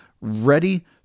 ready